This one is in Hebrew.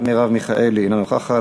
עראר, אינו נוכח.